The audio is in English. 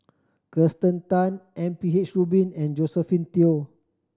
Kirsten Tan M P H Rubin and Josephine Teo